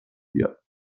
بیاد